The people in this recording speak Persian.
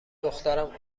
دخترم